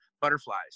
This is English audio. butterflies